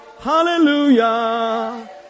Hallelujah